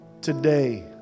today